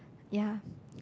ya